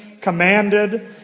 commanded